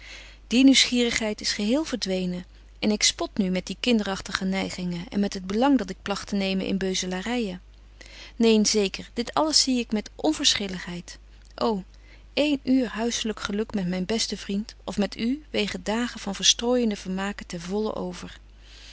die nieuwsgierigheid is geheel verdwenen en ik spot nu met die kinderagtige neigingen en met het belang dat ik plagt te nemen in beuselaryen neen zeker dit alles zie ik met onverschilligheid ô één uur huisselyk geluk met myn besten vriend of met u wegen dagen van verstrooijende vermaken ten vollen over